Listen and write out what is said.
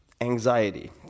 anxiety